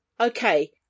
Okay